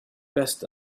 passed